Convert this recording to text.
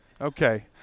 Okay